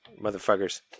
motherfuckers